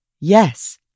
Yes